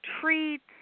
treats